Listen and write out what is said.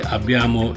Abbiamo